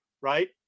right